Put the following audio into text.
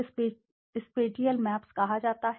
इन्हें spatial maps कहा जाता है